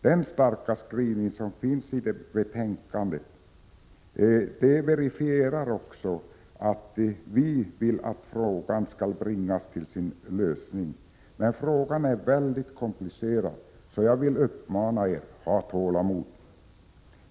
Den starka skrivningen i betänkandet verifierar att utskottet vill att frågan skall bringas till sin lösning, men eftersom frågan är mycket komplicerad vill jag uppmana er: Ha tålamod!